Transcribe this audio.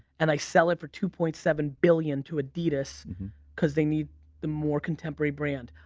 and i sell it for two point seven billion to adidas cause they need the more contemporary brand.